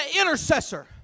intercessor